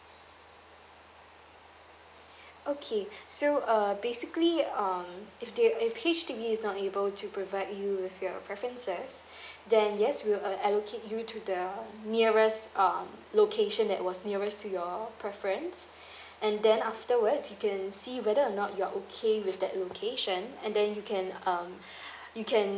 okay so uh basically um if the H_D_B is not able to provide you with your preferences then yes we'll uh allocate you to the nearest um location that was nearest to your preference and then afterwards you can see whether or not you're okay with that location and then you can um you can